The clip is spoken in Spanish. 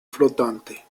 flotante